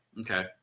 Okay